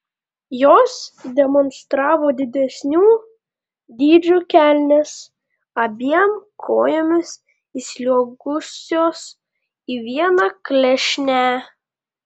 jos demonstravo didesnių dydžių kelnes abiem kojomis įsliuogusios į vieną klešnę